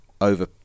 over